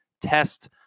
test